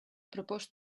proposed